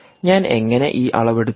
ഞാൻ എങ്ങനെ ഈ അളവെടുത്തു